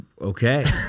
Okay